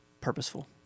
purposeful